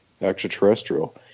extraterrestrial